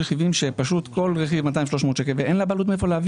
אלה רכיבים שכל רכיב הוא 300-200 שקלים ואין לבעלות מהיכן להביא